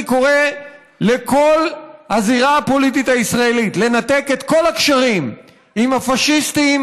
אני קורא לכל הזירה הפוליטית הישראלית לנתק את כל הקשרים עם הפאשיסטים,